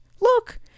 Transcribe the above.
Look